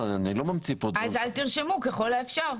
אז אל תרשמו ככל האפשר.